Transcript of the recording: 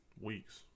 weeks